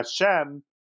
Hashem